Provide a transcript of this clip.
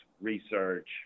research